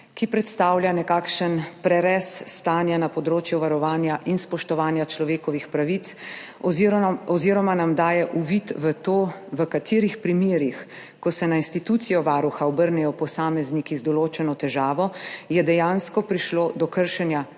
ki predstavlja nekakšen prerez stanja na področju varovanja in spoštovanja človekovih pravic oziroma nam daje uvid v to, v katerih primerih, ko se na institucijo Varuha obrnejo posamezniki z določeno težavo, je dejansko prišlo do kršenja